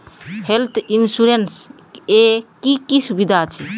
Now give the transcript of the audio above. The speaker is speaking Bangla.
হেলথ ইন্সুরেন্স এ কি কি সুবিধা আছে?